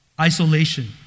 Isolation